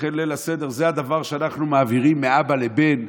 לכן ליל הסדר הוא הדבר שאנחנו מעבירים מאבא לבן,